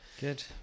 Good